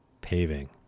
paving